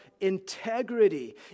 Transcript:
integrity